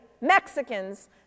Mexicans